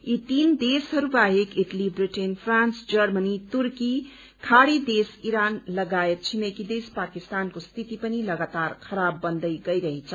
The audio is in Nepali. यी तीन देशहरू बाहेक Italy Britain France Germany Turkey खाड़ी देश इरान लगायत छिमेकी देश पाकिस्तानको रिथित पनि लगातार खराब बन्दै गइरहेछ